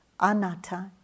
Anatta